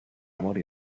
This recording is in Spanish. amor